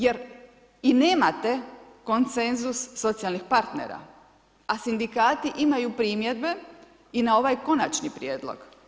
Jer i nemate konsenzus socijalnih partnera, a sindikati imaju primjedbe i na ovaj Konačni prijedlog.